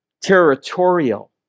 territorial